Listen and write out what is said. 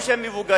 או שהם מבוגרים,